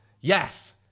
Yes